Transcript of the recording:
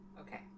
Okay